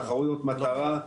תחרויות מטרה,